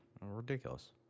ridiculous